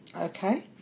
Okay